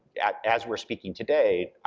as we're speaking today,